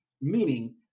meaning